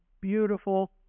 beautiful